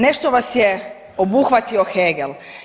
Nešto vas je obuhvatio Hegel.